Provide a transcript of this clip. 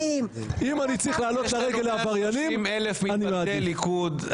יש לנו 130,000 מתפקדי ליכוד,